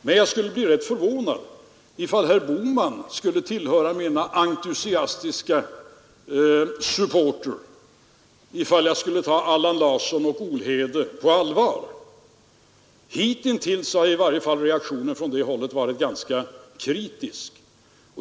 Men jag skulle bli ganska förvånad om herr Bohman tillhörde mina entusiastiska supporters ifall jag tog Allan Larsson och Olhede på allvar. Hittills har i varje fall reaktionen från det hållet varit ganska kritisk.